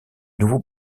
nouveau